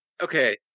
Okay